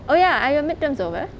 oh ya are your mid-terms over